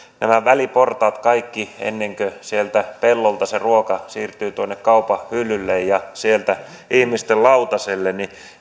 nämä väliportaat kaikki ennen kuin pellolta se ruoka siirtyy kaupan hyllylle ja sieltä ihmisten lautasille